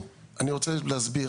אני רוצה להסביר,